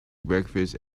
breakfast